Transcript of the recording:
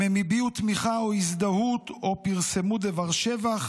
הם הביעו תמיכה או הזדהות או פרסמו דבר שבח